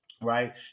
right